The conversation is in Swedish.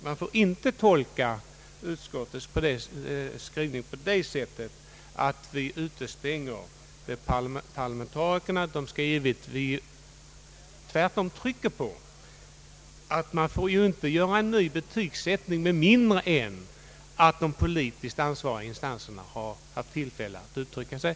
Man får inte tolka utskottets skrivning så att vi vill utestänga parlamentarikerna. Tvärtom trycker vi på att man inte får genomföra en ny betygsättning med mindre än att de politiskt ansvariga instanserna har haft tillfälle att yttra sig.